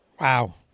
Wow